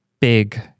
big